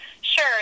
Sure